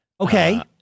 Okay